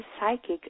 psychic